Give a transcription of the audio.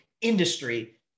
industry